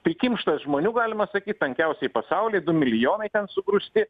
prikimštas žmonių galima sakyt tankiausiai pasauly du milijonai sugrūsti